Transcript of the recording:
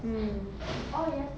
mm